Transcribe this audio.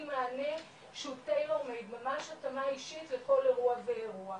מענה שהוא טיילור מייד ממש התאמה אישית לכל אירוע ואירוע.